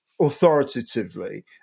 authoritatively